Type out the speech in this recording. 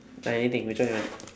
I anything which one you want